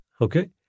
Okay